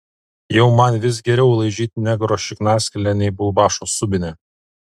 jau man vis geriau laižyt negro šiknaskylę nei bulbašo subinę